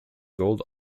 gold